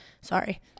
Sorry